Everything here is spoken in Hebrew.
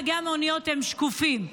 נהגי המוניות הם שקופים.